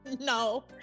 No